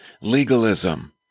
legalism